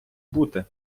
бути